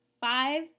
five